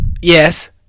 Yes